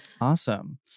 Awesome